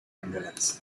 envelope